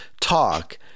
talk